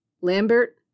Lambert